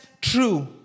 true